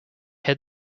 head